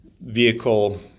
vehicle